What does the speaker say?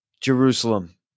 Jerusalem